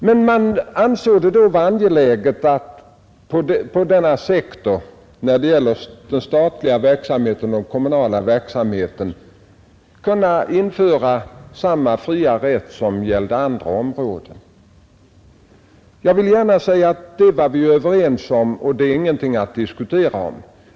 Men man ansåg det vara angeläget att på den sektor som omfattar den statliga verksamheten och den kommunala verksamheten kunna införa samma fria förhandlingsrätt som gällde på andra områden. Jag vill gärna säga att detta var vi överens om och det är ingenting att diskutera.